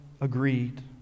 agreed